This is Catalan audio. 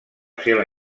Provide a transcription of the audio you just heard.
seva